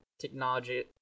technology